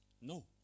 No